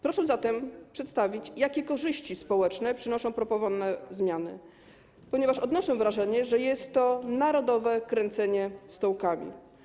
Proszę zatem przedstawić, jakie korzyści społeczne przynoszą proponowane zmiany, ponieważ odnoszę wrażenie, że jest to narodowe kręcenie stołkami.